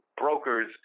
brokers